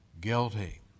guilty